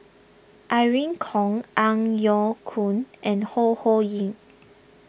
Irene Khong Ang Yau Choon and Ho Ho Ying